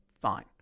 fine